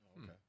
Okay